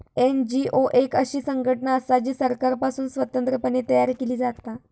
NGO एक अशी संघटना असा जी सरकारपासुन स्वतंत्र पणे तयार केली जाता